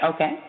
Okay